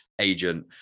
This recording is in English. agent